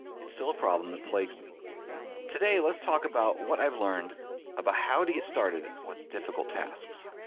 it's so problem that plagues me today. let's talk about what i've learned about how to get started with difficult tasks,